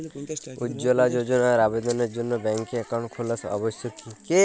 উজ্জ্বলা যোজনার আবেদনের জন্য ব্যাঙ্কে অ্যাকাউন্ট খোলা আবশ্যক কি?